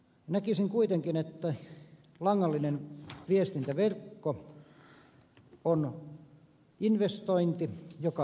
näkisin kuitenkin että langallinen viestintäverkko on investointi joka on tehty